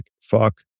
fuck